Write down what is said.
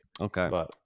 Okay